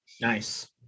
Nice